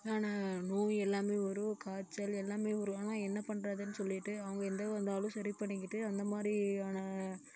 நோய் எல்லாமே வரும் காய்ச்சல் எல்லாமே வரும் ஆனால் என்ன பண்றதுன்னு சொல்லிட்டு அவங்க எந்த வந்தாலும் சரி பண்ணிக்கிட்டு அந்தமாதிரியான